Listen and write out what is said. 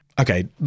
Okay